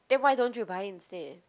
then why don't you buy it instead